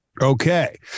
Okay